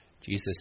Jesus